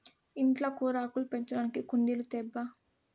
ఇంట్ల కూరాకులు పెంచడానికి కుండీలు తేబ్బా